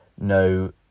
no